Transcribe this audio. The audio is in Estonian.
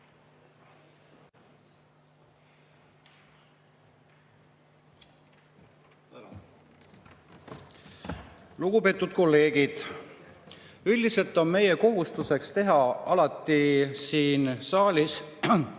Lugupeetud kolleegid! Üldiselt on meie kohustuseks teha alati siin saalis